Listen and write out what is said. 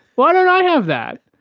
why don't i have that?